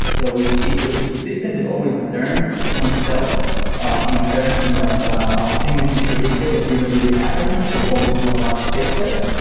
so it's it's ah a system that always learns itself and learns from like ah things that you predicted and didn't really happen. so you always know how to fix it.